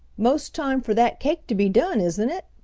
most time for that cake to be done, isn't it?